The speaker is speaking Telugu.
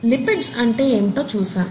లిపిడ్స్ అంటే ఏమిటో చూసాం